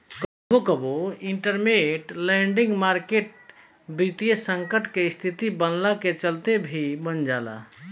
कबो कबो इंटरमेंट लैंडिंग मार्केट वित्तीय संकट के स्थिति बनला के चलते भी बन जाला